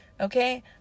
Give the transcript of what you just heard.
Okay